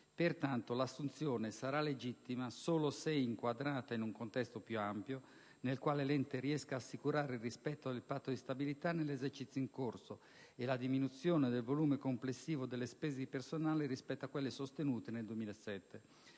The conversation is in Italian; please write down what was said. Pertanto, l'assunzione sarà legittima solo se inquadrata in un contesto più ampio, nel quale l'ente riesca ad assicurare il rispetto del Patto di stabilità nell'esercizio in corso e la diminuzione del volume complessivo delle spese di personale rispetto a quelle sostenute nel 2007.